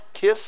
kiss